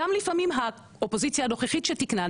גם לפעמים האופוזיציה הנוכחית שתיקנה,